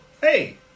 Hey